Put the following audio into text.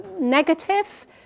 negative